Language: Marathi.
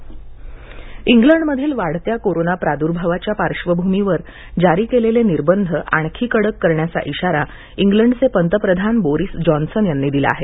इंग्लंड निर्बंध कडक इंग्लंड मधील वाढत्या कोरोंना प्रादुर्भावाच्या पार्श्वभूमीवर जारी केलेले निर्बंध आणखी कडक करण्याचा इशारा इंग्लंडचे पंतप्रधान बोरीस जॉनसन यांनी दिला आहे